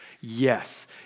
yes